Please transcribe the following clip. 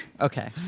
Okay